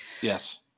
Yes